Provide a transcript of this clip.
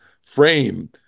frame